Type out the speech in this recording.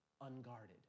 unguarded